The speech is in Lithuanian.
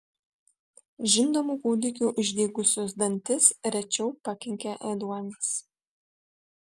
žindomų kūdikių išdygusius dantis rečiau pakenkia ėduonis